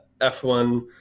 f1